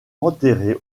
enterré